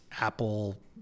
Apple